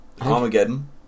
Armageddon